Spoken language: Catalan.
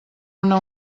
una